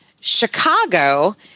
Chicago